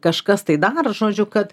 kažkas tai dar žodžiu kad